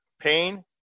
pain